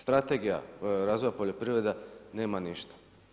Strategija razvoja poljoprivrede nema ništa.